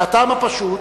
מהטעם הפשוט,